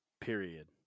Period